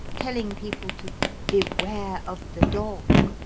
telling people to beware of the dog.